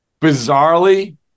bizarrely